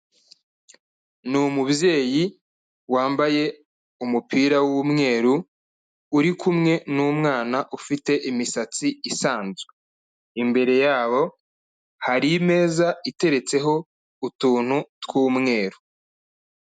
Ni umubyeyi wambaye umupira w'umweru uri kumwe n'umwana ufite imisatsi isanzwe, imbere yabo hari imeza iteretseho utuntu tw'umweru.